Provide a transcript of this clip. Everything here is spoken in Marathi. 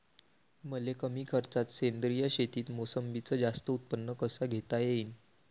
मले कमी खर्चात सेंद्रीय शेतीत मोसंबीचं जास्त उत्पन्न कस घेता येईन?